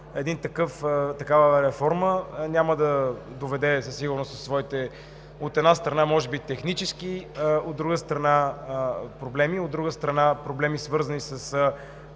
една такава реформа, няма да доведе със сигурност, от една страна, може би до технически проблеми, от друга страна, до проблеми, свързани с